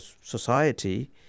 society